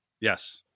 Yes